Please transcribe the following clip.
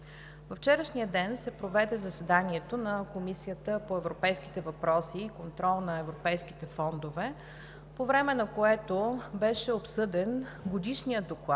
Във вчерашния ден се проведе заседанието на Комисията по европейските въпроси и контрол на европейските фондове, по време на което беше обсъден Годишният доклад